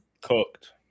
Cooked